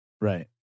Right